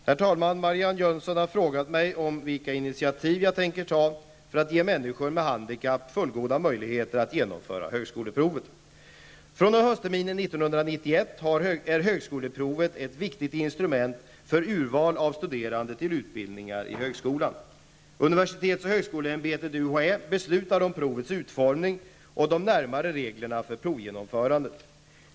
Herr talman! Marianne Jönsson har frågat mig om vilka initiativ jag tänker ta för att ge människor med handikapp fullgoda möjligheter att genomföra högskoleprovet. fr.o.m. höstterminen 91 är högskoleprovet ett viktigt instrument för urval av studerande till utbildningar i högskolan. Universitets och högskoleämbetet beslutar om provets utformning och de närmare reglerna för provgenomförandet.